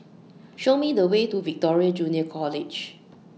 Show Me The Way to Victoria Junior College